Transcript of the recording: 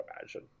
imagine